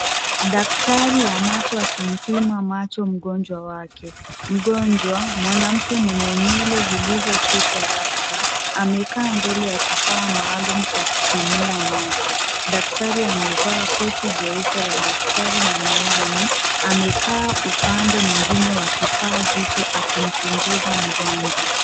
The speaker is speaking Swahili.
Daktari wa macho akimpima macho mgonjwa wake. Mgonjwa mwanamke mwenye nywele zilizosukwa rasta amekaa mbele ya kifaa maalumu cha kupimia macho. Daktari amevaa koti jeupe la daktari na miwani. Amekaa upande mwingine wa kifaa hicho akimchunguza mgonjwa.